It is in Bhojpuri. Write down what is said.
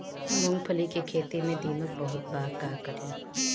मूंगफली के खेत में दीमक बहुत बा का करी?